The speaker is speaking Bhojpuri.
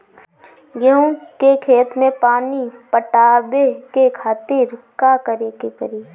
गेहूँ के खेत मे पानी पटावे के खातीर का करे के परी?